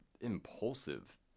impulsive